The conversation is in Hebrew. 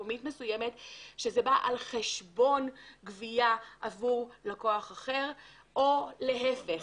מקומית מסוימת שזה בא על חשבון גבייה עבור לקוח אחר או להיפך.